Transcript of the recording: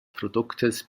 produktes